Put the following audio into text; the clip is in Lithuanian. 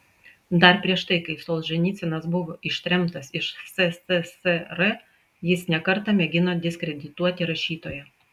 dar prieš tai kai solženicynas buvo ištremtas iš sssr jis ne kartą mėgino diskredituoti rašytoją